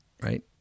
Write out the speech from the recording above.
right